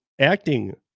acting